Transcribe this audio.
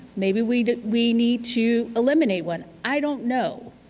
maybe we we need to eliminate one, i don't know.